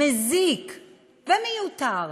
מזיק ומיותר,